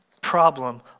problem